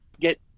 get